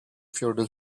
feudal